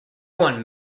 won